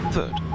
Third